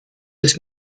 des